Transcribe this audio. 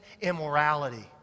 immorality